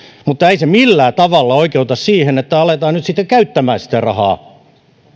mutta ei se millään tavalla oikeuta siihen että aletaan nyt sitten käyttämään sitä rahaa